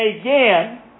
again